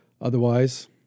Otherwise